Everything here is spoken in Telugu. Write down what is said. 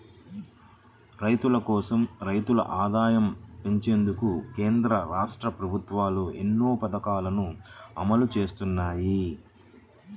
రైతుల కోసం, రైతుల ఆదాయం పెంచేందుకు కేంద్ర, రాష్ట్ర ప్రభుత్వాలు ఎన్నో పథకాలను అమలు చేస్తున్నాయి